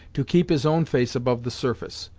to keep his own face above the surface.